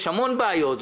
יש המון בעיות,